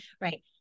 right